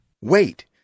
Wait